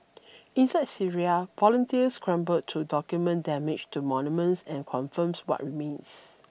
inside Syria volunteers scramble to document damage to monuments and confirms what remains